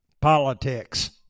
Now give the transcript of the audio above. politics